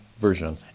version